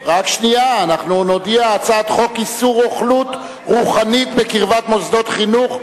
הצעת חוק איסור רוכלות רוחנית בקרבת מוסדות חינוך,